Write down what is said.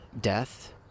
death